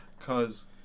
cause